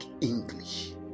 English